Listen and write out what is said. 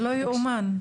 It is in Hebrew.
לא יאומן.